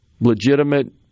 legitimate